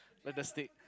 fantastic